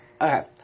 Okay